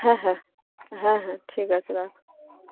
হ্যাঁ হ্যাঁ হ্যাঁ হ্যাঁ ঠিক আছে রাখ